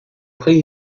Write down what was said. prit